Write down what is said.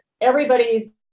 everybody's